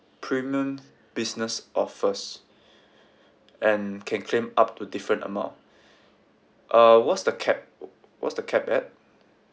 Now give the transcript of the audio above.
premium business or first and can claim up to different amount uh what's the cap o~ what's the cap at